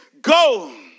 go